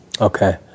Okay